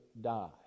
die